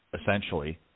essentially